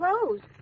Closed